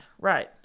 right